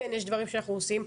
כן יש דברים שאנחנו עושים.